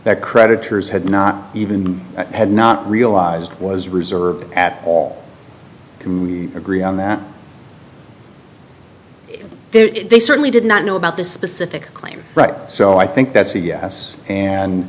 that creditors had not even had not realized it was reserved at all can agree on that there they certainly did not know about the specific claim right so i think that's a yes and